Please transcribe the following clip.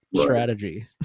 strategy